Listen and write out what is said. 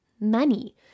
money